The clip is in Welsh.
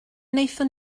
wnaethon